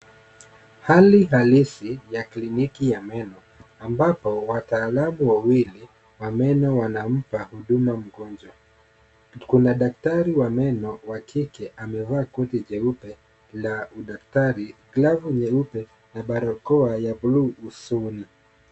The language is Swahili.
Hali halisi ya kliniki ya meno, ambapo wataalam wawili wa meno wanampa huduma mgonjwa. Kuna daktari wa meno wa kike amevaa koti jeupe la udaktari, glavu nyeupe na barakoa ya bluu usoni.